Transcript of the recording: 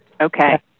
Okay